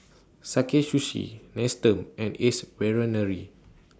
Sakae Sushi Nestum and Ace Brainery